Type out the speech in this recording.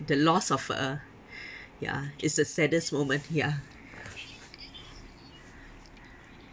the loss of a ya is the saddest moment ya